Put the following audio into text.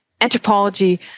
anthropology